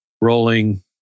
rolling